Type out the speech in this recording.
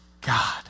God